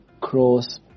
cross